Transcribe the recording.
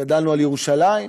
גדלנו על ירושלים,